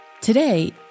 Today